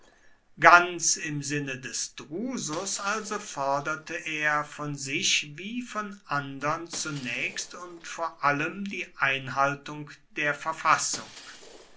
ganz im sinne des drusus also forderte er von sich wie von andern zunächst und vor allem die einhaltung der verfassung